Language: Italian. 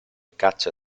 caccia